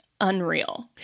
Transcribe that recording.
unreal